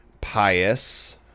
pious